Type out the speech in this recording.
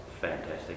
fantastic